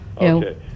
Okay